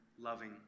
loving